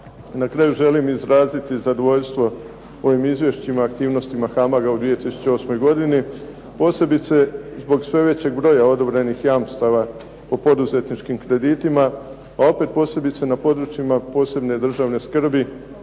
Na kraju želim izraziti zadovoljstvo ovim izvješćima i aktivnostima "HAMAG-a" u 2008. godini, posebice zbog sve većeg broja odobrenih jamstava u poduzetničkim kreditima pa opet posebice na područjima posebne državne skrbi